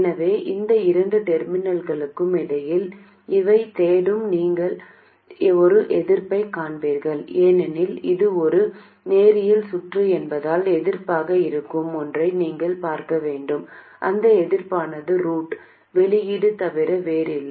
எனவே இந்த இரண்டு டெர்மினல்களுக்கு இடையில் இவை தேடும் நீங்கள் ஒரு எதிர்ப்பைக் காண்பீர்கள் ஏனெனில் இது ஒரு நேரியல் சுற்று என்பதால் எதிர்ப்பாக இருக்கும் ஒன்றை நீங்கள் பார்க்க வேண்டும் அந்த எதிர்ப்பானது ரூட் வெளியீடு தவிர வேறில்லை